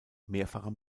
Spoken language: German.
mehrfacher